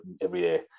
everyday